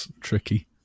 tricky